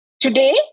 Today